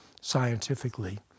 scientifically